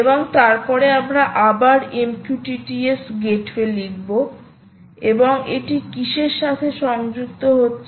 এবং তারপরে আমরা আবার MQTT S গেটওয়ে লিখব এবং এটি কিসের সাথে সংযুক্ত হচ্ছে